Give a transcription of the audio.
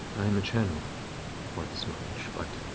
i am a channel for this knowledge, but